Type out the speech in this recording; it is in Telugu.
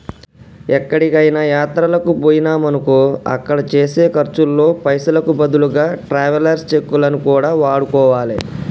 ఎక్కడికైనా యాత్రలకు బొయ్యినమనుకో అక్కడ చేసే ఖర్చుల్లో పైసలకు బదులుగా ట్రావెలర్స్ చెక్కులను కూడా వాడుకోవాలే